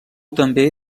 també